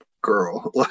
girl